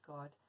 God